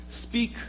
Speak